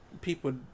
people